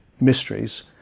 mysteries